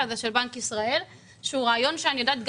הזה של בנק ישראל שהוא רעיון שאני יודעת,